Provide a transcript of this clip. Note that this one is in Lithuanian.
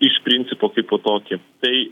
iš principo kaipo tokį tai